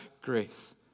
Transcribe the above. grace